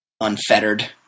unfettered